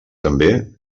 també